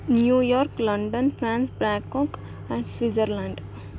New York London France Bangkok and Switzerland